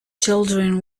children